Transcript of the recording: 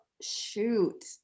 Shoot